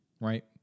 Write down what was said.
right